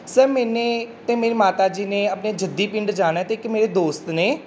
sir ਮੈਨੇ ਅਤੇ ਮੇਰੀ ਮਾਤਾ ਜੀ ਨੇ ਆਪਣੇ ਜੱਦੀ ਪਿੰਡ ਜਾਣਾ ਅਤੇ ਇੱਕ ਮੇਰੇ ਦੋਸਤ ਨੇ